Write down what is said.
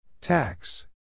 Tax